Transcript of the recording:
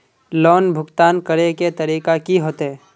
Loan भुगतान करे के तरीका की होते?